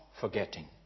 forgetting